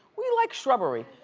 we like shrubbery.